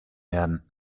werden